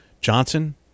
johnson